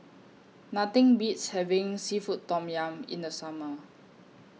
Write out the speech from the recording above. Nothing Beats having Seafood Tom Yum in The Summer